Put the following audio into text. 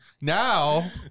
Now